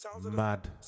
Mad